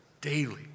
daily